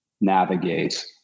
navigate